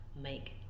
make